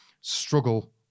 struggle